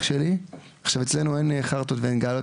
אצלנו אין שקרים,